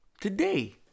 Today